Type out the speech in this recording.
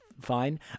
fine